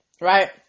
right